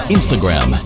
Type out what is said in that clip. Instagram